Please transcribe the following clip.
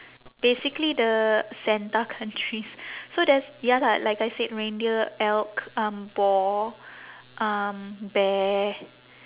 basically the santa countries so there's ya lah like I said reindeer elk um boar um bear